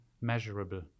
measurable